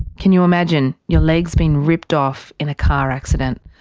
can you imagine your legs being ripped off in a car accident,